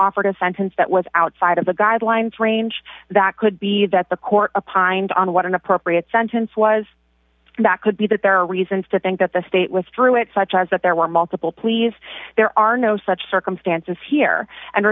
offered a sentence that was outside of the guidelines range that could be that the court a pint on what an appropriate sentence was back could be that there are reasons to think that the state withdrew it such as that there were multiple please there are no such circumstances here and